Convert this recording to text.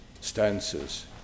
stances